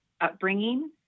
upbringing